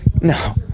No